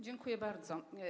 Dziękuję bardzo.